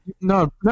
no